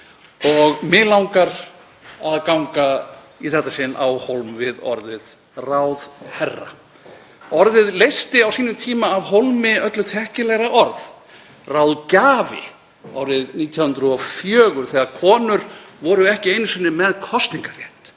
Mig langar að ganga í þetta sinn á hólm við orðið ráðherra. Orðið leysti á sínum tíma af hólmi öllu þekkilegra orð, ráðgjafi, árið 1904 þegar konur voru ekki einu sinni með kosningarrétt